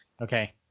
Okay